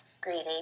greedy